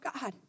God